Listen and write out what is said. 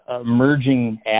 emerging